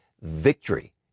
victory